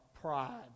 pride